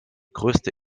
größte